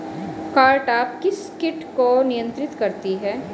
Cartap किस किट को नियंत्रित करती है?